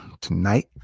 tonight